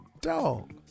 dog